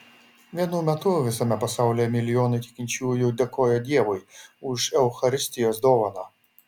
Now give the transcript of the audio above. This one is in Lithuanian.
vienu metu visame pasaulyje milijonai tikinčiųjų dėkojo dievui už eucharistijos dovaną